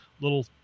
little